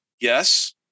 Yes